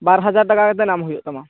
ᱵᱟᱨ ᱦᱟᱡᱟᱨ ᱴᱟᱠᱟ ᱠᱟᱛᱮᱫ ᱮᱢ ᱦᱩᱭᱩᱜ ᱛᱟᱢᱟ